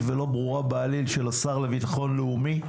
ולא ברורה בעליל של השר לביטחון לאומי,